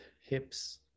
hips